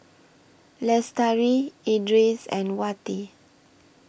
Lestari Idris and Wati